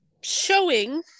showing